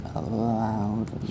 allowed